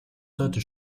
sollte